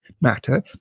matter